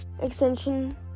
extension